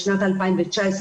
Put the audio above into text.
בשנת 2019,